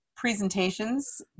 presentations